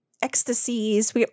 ecstasies